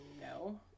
no